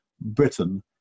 Britain